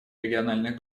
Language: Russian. региональных